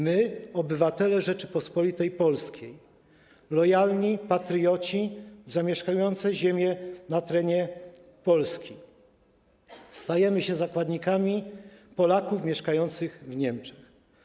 My, obywatele Rzeczypospolitej Polskiej, lojalni patrioci zamieszkujący ziemie na terenie Polski, stajemy się zakładnikami Polaków mieszkających w Niemczech.